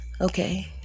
Okay